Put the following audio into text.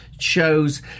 shows